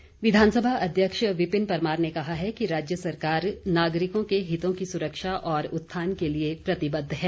परमार विधानसभा अध्यक्ष विपिन परमार ने कहा है कि राज्य सरकार नागरिकों के हितों की सुरक्षा और उत्थान के लिए प्रतिबद्ध है